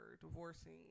divorcing